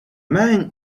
man